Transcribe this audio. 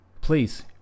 please